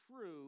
true